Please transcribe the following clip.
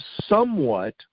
somewhat